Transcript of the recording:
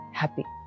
happy